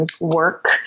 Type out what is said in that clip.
work